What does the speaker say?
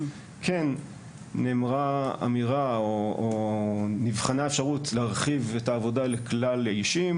כן נבחנה אפשרות להרחיב את העבודה לכלל אישים.